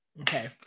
Okay